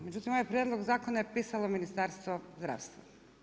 Međutim, ovaj prijedlog zakona je pisalo Ministarstvo zdravstva.